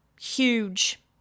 huge